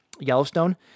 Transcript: Yellowstone